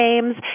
Games